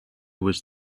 was